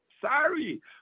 Sorry